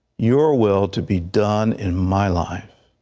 your will to be done in my life.